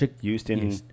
Houston